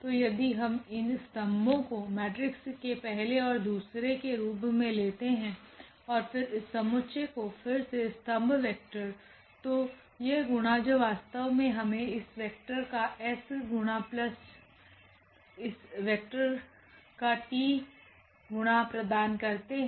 तो यदि हम इन स्तंभो को मेट्रिक्स के पहले और दूसरे के रूप मे लेते है और फिर इस समुच्चय को फिर से स्तंभ वेक्टर तो यह गुणा जो वास्तव में हमे इस वेक्टर का s गुना प्लस इस वेक्टर का t गुना प्रदान करते है